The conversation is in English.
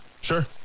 Sure